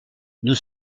nous